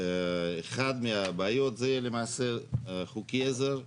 אחת מהבעיות זה למעשה חוקי עזר חסרים,